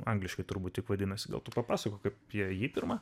angliškai turbūt taip vadinasi gal tu papasakok apie jį pirma